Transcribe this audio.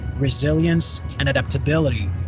resilience, and adaptability,